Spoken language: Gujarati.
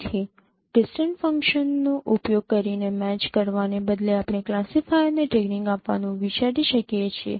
તેથી ડિસ્ટન્સ ફંક્શનનો ઉપયોગ કરીને મેચ કરવાને બદલે આપણે ક્લાસીફાયરને ટ્રેનિંગ આપવાનું વિચારી શકીએ છીએ